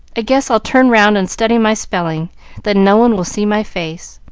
i guess i'll turn round and study my spelling then no one will see my face.